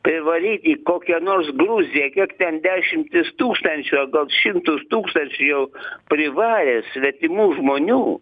privaryk į kokią nors gruziją kiek ten dešimtis tūkstančių o gal šimtus tūkstančių jau privarė svetimų žmonių